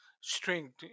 strength